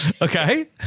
okay